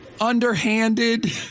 underhanded